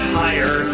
higher